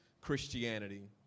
Christianity